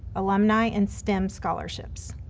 alumni and stem scholarships.